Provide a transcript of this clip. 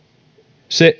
se